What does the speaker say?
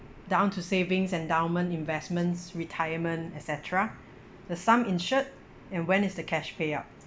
down to savings endowment investments retirement et cetera the sum insured and when is the cash payout